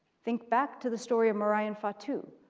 think back to the story of mari and fatu.